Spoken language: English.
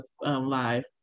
live